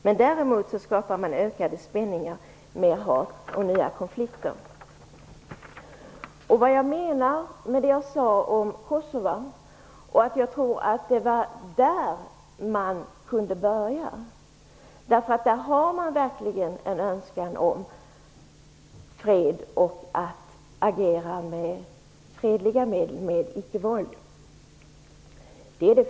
Men däremot skapar man ökade spänningar, mer hat och nya konflikter. Jag sade att jag tror att man kan börja i Kosova. Där har man verkligen en önskan om fred och om ett agerande med fredliga medel, med ickevåld.